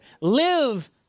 live